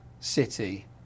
city